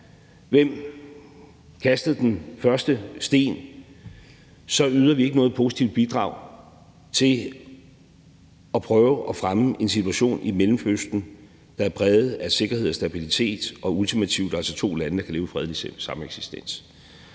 der kastede den første sten, så yder vi ikke noget positivt bidrag til at prøve at fremme en situation i Mellemøsten, der er præget af sikkerhed og stabilitet, og ultimativt altså med to lande, der kan leve i fredelig sameksistens.